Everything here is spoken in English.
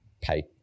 pay